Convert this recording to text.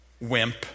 Wimp